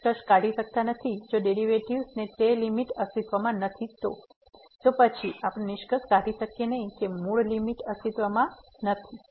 આપણે નિષ્કર્ષ કાઢી શકતા નથી જો ડેરિવેટિવ્ઝ ની તે લીમીટ અસ્તિત્વમાં નથી તો પછી આપણે નિષ્કર્ષ કાઢી શકીએ નહીં કે મૂળ લીમીટ અસ્તિત્વમાં નથી